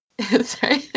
Sorry